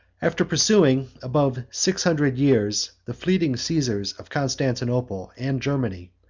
after pursuing above six hundred years the fleeting caesars of constantinople and germany,